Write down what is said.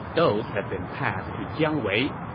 those have been passed to jiang wei.